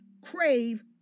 crave